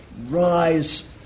rise